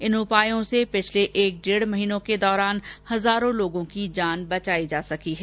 इन उपायों से पिछले एक डेढ़ महीनों के दौरान हजारों लोगों की जान बचाई जा सकी है